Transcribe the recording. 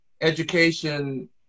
education